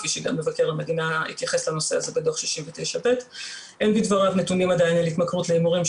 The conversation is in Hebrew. כפי שגם מבקר המדינה התייחס לנושא הזה בדו"ח 69ב'. אין בדבריו נתונים עדיין על התמכרות להימורים,